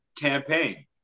campaign